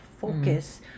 focus